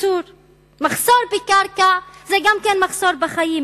מחסור בקרקע זה גם מחסור בחיים.